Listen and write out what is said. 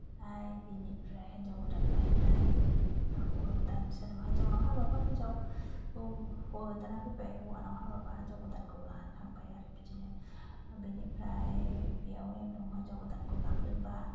ओमफाय बिनिफ्राय हिनजाव गोदान लायनाय बा हौवा गोदान जेनेबा हिनजावनाव हाबाब्ला हिनजाव हौवा गोदाना फैबाय हौवानाव हाबाब्ला हिनजाव गोदानखौ लानानै थांबाय आरो बिदिनो बेनिफ्राय बेयाव नेम दङ हिनजाव गोदानखौ लांदोंब्ला